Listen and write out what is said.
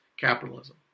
capitalism